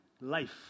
life